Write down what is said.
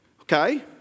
Okay